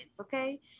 okay